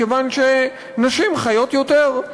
מכיוון שנשים חיות יותר,